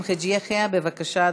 חכים חאג' יחיא, בבקשה,